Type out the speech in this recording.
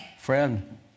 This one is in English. Friend